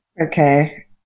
Okay